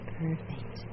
perfect